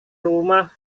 rumah